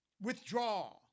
withdraw